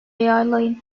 yağlayın